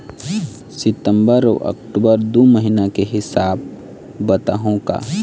सितंबर अऊ अक्टूबर दू महीना के हिसाब बताहुं का?